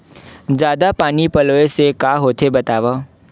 जादा पानी पलोय से का होथे बतावव?